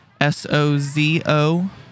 S-O-Z-O